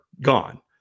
gone